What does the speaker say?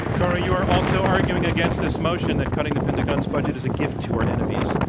kori, you are also arguing against this motion that cutting the pentagon's budget is a gift to our enemies.